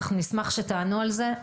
אנחנו נשמח שתענו על זה.